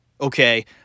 Okay